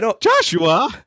Joshua